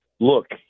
Look